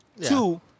Two